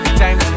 time